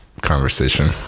Conversation